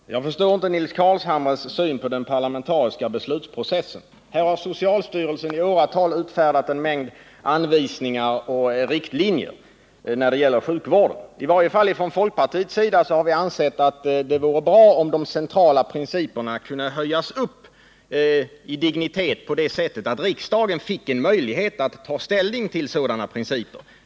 Herr talman! Jag förstår inte Nils Carlshamres syn på den parlamentariska beslutsprocessen. Socialstyrelsen har i åratal uthärdat en mängd anvisningar och riktlinjer när det gäller sjukvården. I varje fall från folkpartiets sida har vi ansett att det vore bra om de centrala principerna kunde höjas upp i dignitet på det sättet att riksdagen fick en möjlighet att ta ställning till sådana principer.